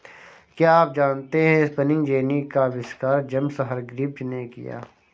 क्या आप जानते है स्पिनिंग जेनी का आविष्कार जेम्स हरग्रीव्ज ने किया?